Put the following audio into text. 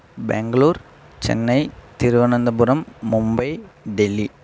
Bangalore Chennai Thiruvananthapuram Mumbai Delhi